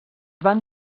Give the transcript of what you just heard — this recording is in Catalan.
van